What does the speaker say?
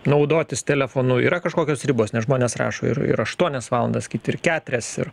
naudotis telefonu yra kažkokios ribos nes žmonės rašo ir ir ir aštuonias valandas kiti keturias ir